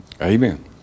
Amen